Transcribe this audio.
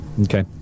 Okay